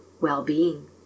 well-being